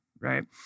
right